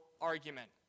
argument